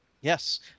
Yes